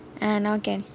ah now can